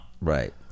Right